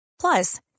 Plus